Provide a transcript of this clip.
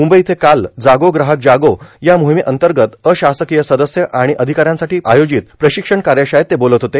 मुंबई इथं काल जागो ग्राहक जागो या मोहिमेंतर्गत अशासकीय सदस्य आणि अधिकाऱ्यांसाठी आयोजित प्रशिक्षण कार्यशाळेत ते बोलत होते